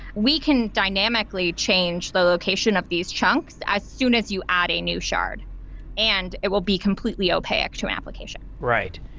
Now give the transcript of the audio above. we can dynamically change the location of these chunks as soon as you add a new shard and it will be completely opaque to an application. right.